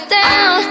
down